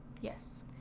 Yes